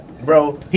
Bro